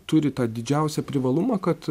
turi tą didžiausią privalumą kad